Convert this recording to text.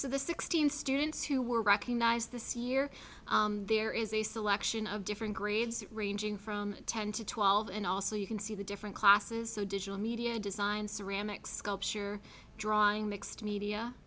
so the sixteen students who were recognized this year there is a selection of different grades ranging from ten to twelve and also you can see the different classes so digital media design ceramics sculpture drawing mixed media